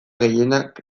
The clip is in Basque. gehienak